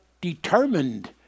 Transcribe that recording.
determined